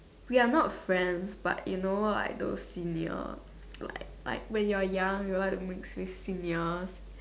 we are not friends but you know like those seniors like like when you are young you like to mix with seniors